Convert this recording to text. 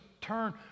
turn